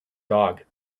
dog